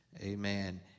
Amen